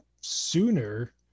sooner